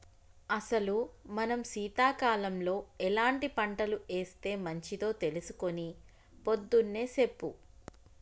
అసలు మనం సీతకాలంలో ఎలాంటి పంటలు ఏస్తే మంచిదో తెలుసుకొని పొద్దున్నే సెప్పు